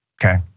okay